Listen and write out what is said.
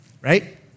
Right